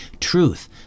truth